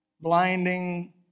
blinding